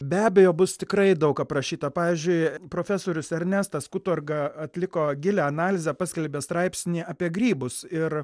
be abejo bus tikrai daug aprašyta pavyzdžiui profesorius ernestas kutorga atliko gilią analizę paskelbė straipsnį apie grybus ir